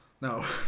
No